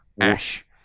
ash